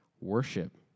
worship